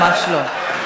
ממש לא.